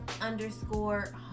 underscore